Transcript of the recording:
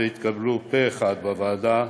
והיא התקבלה פה-אחד בוועדה.